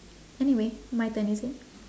anyway my turn is it